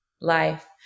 life